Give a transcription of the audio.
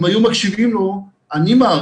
אם היו מקשיבים לו אני מעריך,